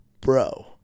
Bro